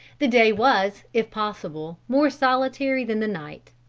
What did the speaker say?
the day was, if possible, more solitary than the night.